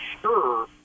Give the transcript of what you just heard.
sure